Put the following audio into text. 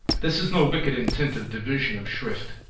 this is no wicked intent of division of shrift.